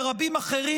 ורבים אחרים,